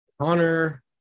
Connor